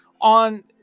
on